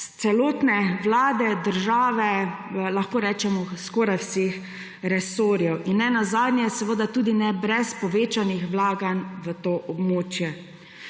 celotne Vlade, države, lahko rečemo skoraj vseh resorjev, in ne nazadnje seveda tudi ne brez povečanih vlaganj v to območje.